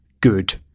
good